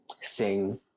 sing